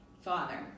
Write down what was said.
Father